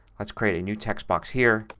let's create a new text box here